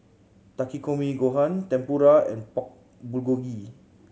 Takikomi Gohan Tempura and Pork Bulgogi